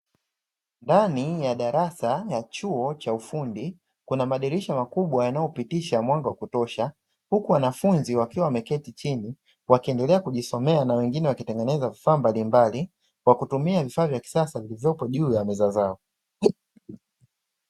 Ndani ya darasa ya chuo cha ufundi, kuna madirisha makubwa yanayopitisha mwanga wa kutosha. Huku wanafunzi wakiwa wameketi chini wakiendelea kujisomea na wengine wakitengeneza vifaa mbalimbali kwa kutumia vifaa vya kisasa vilivyopo juu ya meza zao.